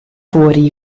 fuori